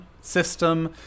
System